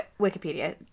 Wikipedia